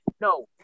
no